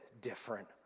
different